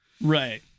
right